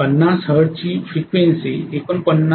५० hertz ची frequency ४९